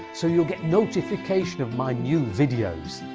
so you'll get notification of my new videos.